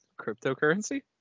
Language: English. cryptocurrency